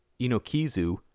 Inokizu